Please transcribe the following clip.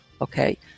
okay